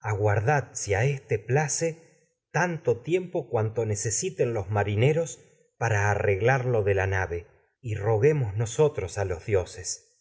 aguardad si los éste pla para tanto tiempo de la cuanto nave necesiten marineros arreglar lo y roguemos nosotros a los